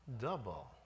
double